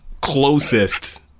closest